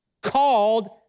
called